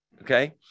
Okay